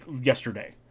yesterday